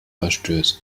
verstößt